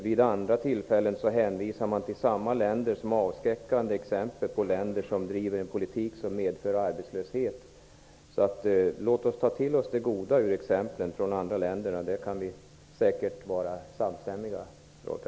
Vid andra tillfällen hänvisar han till samma länder som avskräckande exempel på länder som driver en politik som medför arbetslöshet. Låt oss ta till oss av det goda i exemplen från andra länder. Där kan vi säkert vara samstämmiga, Rolf